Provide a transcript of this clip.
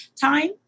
time